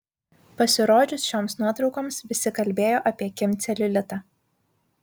pasirodžius šioms nuotraukoms visi kalbėjo apie kim celiulitą